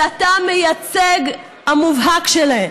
שאתה המייצג המובהק שלהן.